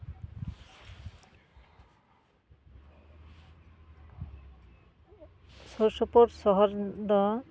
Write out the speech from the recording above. ᱥᱩᱨ ᱥᱩᱯᱩᱨ ᱥᱚᱦᱚᱨ ᱫᱚ